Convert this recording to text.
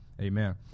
amen